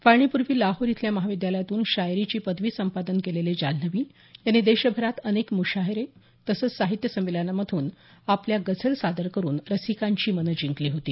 फाळणीपूर्वी लाहोर इथल्या महाविद्यालयातून शायरीची पदवी संपादन केलेले जाल्हनवी यांनी देशभरात अनेक म्शायरे तसंच साहित्य संमेलनांमधून आपल्या गजल सादर करून रसिकांची मनं जिंकली होती